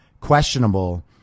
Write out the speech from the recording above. questionable